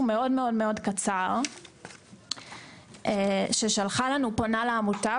מאוד מאוד קצר ששלחה לנו פונה לעמותה,